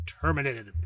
terminated